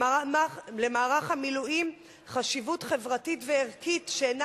למערך המילואים חשיבות חברתית וערכית שאינה